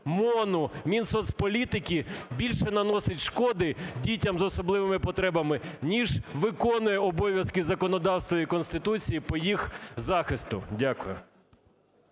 МОНу, Мінсоцполітики більше наносить шкоди дітям з особливими потребами, ніж виконує обов'язки законодавства і Конституції по їх захисту. Дякую.